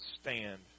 stand